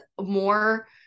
more